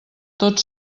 tot